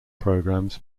programs